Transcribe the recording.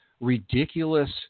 ridiculous